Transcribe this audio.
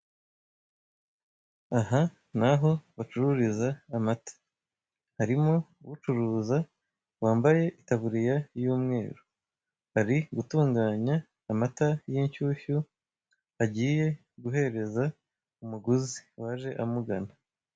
Aha ni aho bacururiza amata, harimo ucuruza wambaye itaburiya y'umweru, ari gutunganya amata, y'inshyushyu agiye guhereza umuguzi waje amugana.